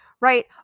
right